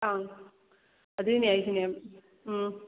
ꯑꯪ ꯑꯗꯨꯏꯅꯦ ꯑꯩꯁꯨꯅꯦ ꯎꯝ